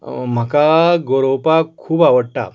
म्हाका गोरोवपाक खूब आवडटा